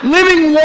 Living